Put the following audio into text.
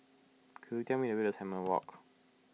could you tell me the way to Simon Walk